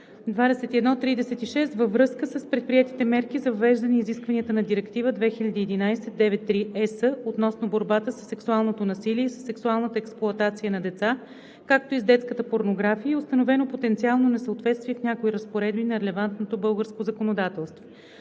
2019/2136 във връзка с предприетите мерки за въвеждане изискванията на Директива 2011/93/ЕС относно борбата със сексуалното насилие и със сексуалната експлоатация на деца, както и с детската порнография, и е установено потенциално несъответствие в някои разпоредби от релевантното българско законодателство.